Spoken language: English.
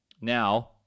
Now